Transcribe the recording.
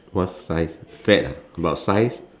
what size fat ah about size